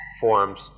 forms